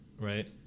right